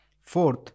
Fourth